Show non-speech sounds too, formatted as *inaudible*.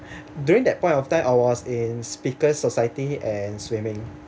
*breath* during that point of time I was in speakers's society and swimming